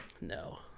No